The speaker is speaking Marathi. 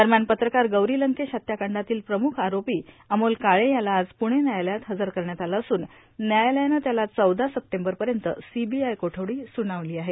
दरम्यान पत्रकार गौरी लंकेश हत्याकांडातील प्रमुख आरोपी अमोल काळे याला आज पुणे व्यायालयात हजर करण्यात आलं असून व्यायालयानं त्याला चौदा सप्टेंबरपर्यंत सीबीआय कोठडी सुनावली आहे